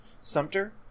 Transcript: Sumter